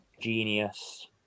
genius